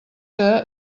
que